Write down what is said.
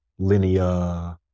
linear